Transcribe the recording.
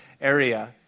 area